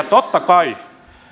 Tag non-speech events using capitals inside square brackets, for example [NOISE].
[UNINTELLIGIBLE] totta kai